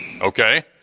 Okay